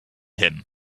him